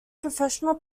professional